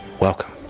welcome